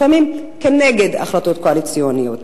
לפעמים כנגד החלטות קואליציוניות.